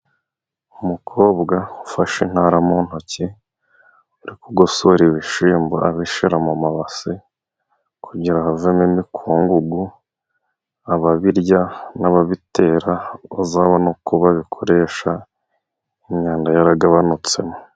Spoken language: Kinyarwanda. Umukobwa ufashe intara mu ntoki, uri kugosora ibishyimbo abishyira mu mabase kugira ngo havemo imikungugu, ababirya n'ababitera bazabone uko babikoresha imyanda yaragabanutsemo.